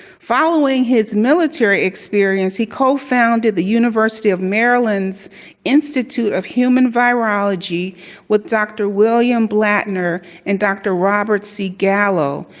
following his military experience, he co-founded the university of maryland's institute of human virology with dr. william blattner and dr. robert c. gallo,